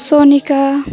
Sonika